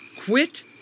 Quit